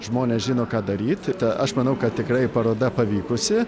žmonės žino ką daryt ta aš manau kad tikrai paroda pavykusi